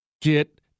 Get